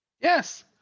yes